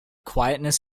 quietness